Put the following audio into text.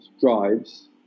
drives